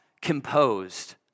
composed